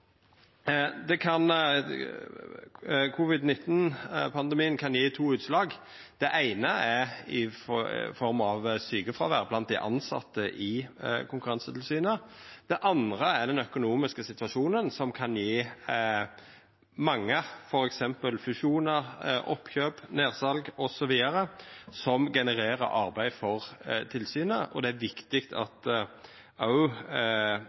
Det eine er i form av sjukefråvær blant dei tilsette i Konkurransetilsynet. Det andre er den økonomiske situasjonen som f.eks. kan gje mange fusjonar, oppkjøp, nedsal osv., som genererer arbeid for tilsynet. Det er viktig